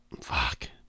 Fuck